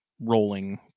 rolling